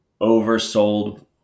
oversold